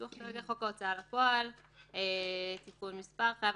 ") חוק ההוצאה לפועל (תיקון מס' )(חייב